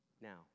Now